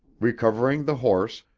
recovering the horse,